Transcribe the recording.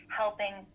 helping